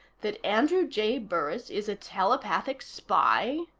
that andrew j. burris is a telepathic spy?